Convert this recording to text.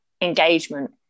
engagement